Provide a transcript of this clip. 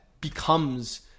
becomes